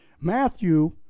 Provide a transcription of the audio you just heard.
Matthew